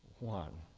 one.